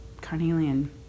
Carnelian